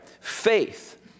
Faith